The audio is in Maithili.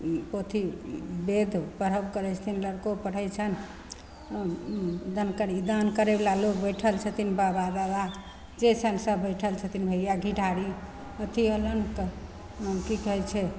पोथी वेद पढ़ब करै छथिन लड़को पढ़ै छनि दान करी दान करैवला लोक बैठल छथिन बाबा दादा जे छनि सब बैठल छथिन भइआ घिठारी अथी होलनि कि कहै छै